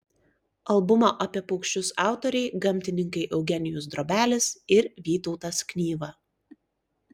albumo apie paukščius autoriai gamtininkai eugenijus drobelis ir vytautas knyva